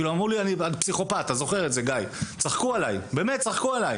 אמרו לי פסיכופט, צחקו עלי, באמת צחקו עלי.